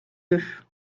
deux